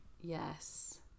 Yes